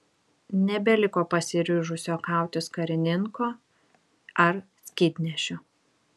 nebeliko pasiryžusio kautis karininko ar skydnešio